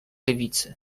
lewicy